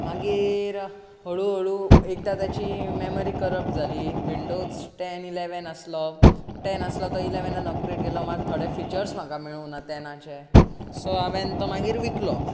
मागीर हळू हळू एकदां ताची मॅमरी करप्ट जाली विंडोज टॅन इलॅवन आसलो टॅन आसलो तो इलॅवनान अपग्रेड केलो मात थोडे फिचर्स म्हाका मेळूंक ना तेन्नाचे सो हांवेन तो मागीर विकलो